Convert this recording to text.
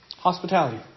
Hospitality